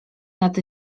nad